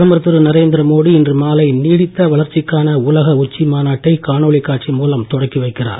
பிரதமர் திரு நரேந்திர மோடி இன்று மாலை நீடித்த வளர்ச்சிக்கான உலக உச்சி மாநாட்டை காணொளி காட்சி மூலம் தொடக்கி வைக்கிறார்